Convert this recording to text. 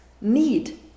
need